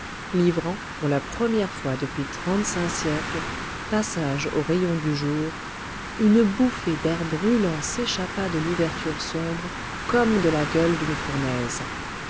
livrant pour la première fois depuis trente-cinq siècles passage aux rayons du jour une bouffée d'air brûlant s'échappa de l'ouverture sombre comme de la gueule d'une fournaise